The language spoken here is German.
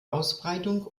ausbreitung